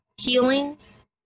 Healings